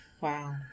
Wow